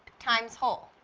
times whole